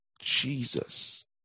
Jesus